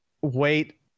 Wait